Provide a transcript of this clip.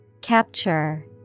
Capture